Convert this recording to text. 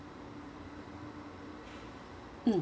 mm